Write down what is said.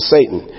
Satan